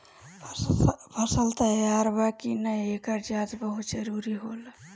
फसल तैयार बा कि ना, एकर जाँच बहुत जरूरी होला